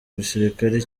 gisirikare